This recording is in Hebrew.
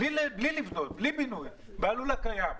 בלי בינוי, בלול הקיים,